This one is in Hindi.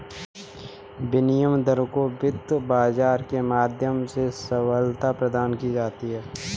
विनिमय दर को वित्त बाजार के माध्यम से सबलता प्रदान की जाती है